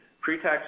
Pre-tax